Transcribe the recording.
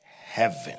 heaven